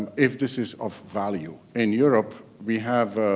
if this is of value. in europe, we have